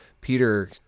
Peter